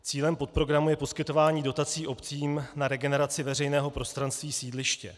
Cílem podprogramu je poskytování dotací obcím na regeneraci veřejného prostranství sídliště.